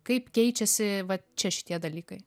kaip keičiasi vat čia šitie dalykai